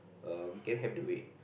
err we can have the way